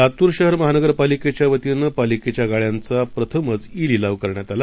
लातूर शहर महानगरपालिकेच्या वतीनं पालिकेच्या गाळ्यांचा प्रथमच ई लिलाव करण्यात आला